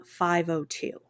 502